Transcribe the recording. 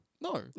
No